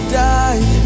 die